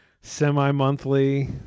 semi-monthly